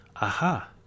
aha